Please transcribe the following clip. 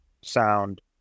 sound